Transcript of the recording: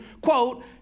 quote